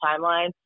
timeline